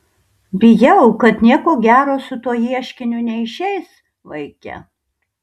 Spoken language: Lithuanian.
bijau kad nieko gero su tuo ieškiniu neišeis vaike